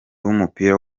w’umupira